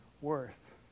worth